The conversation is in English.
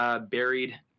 buried